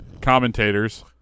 Commentators